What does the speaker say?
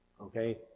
Okay